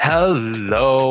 Hello